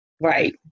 Right